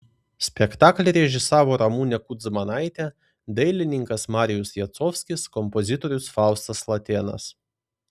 spektaklį režisavo ramunė kudzmanaitė dailininkas marijus jacovskis kompozitorius faustas latėnas